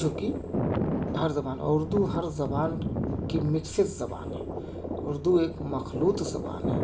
جو کہ ہر زبان اردو ہر زبان کی مکسیز زبان ہے اردو ایک مخلوط زبان ہے